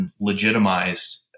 legitimized